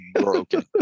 broken